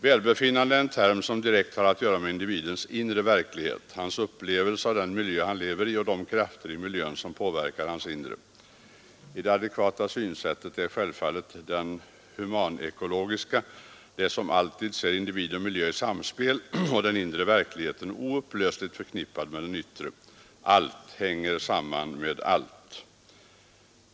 Välbefinnandet är en term som direkt har att göra med individens inre verklighet, hans upplevelse av den miljö han lever i och de krafter i miljön som påverkar hans inre, Det adekvata synsättet är självfallet det humanekologiska, det som alltid ser individ och miljö i samspel, och den inre verkligheten oupplösligt förknippad med den yttre. Allt hänger samman med allt.